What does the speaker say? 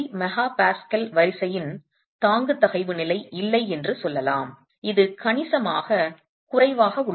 3 MPa வரிசையின் தாங்கு தகைவு நிலை இல்லை என்று சொல்லலாம் இது கணிசமாக குறைவாக உள்ளது